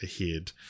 ahead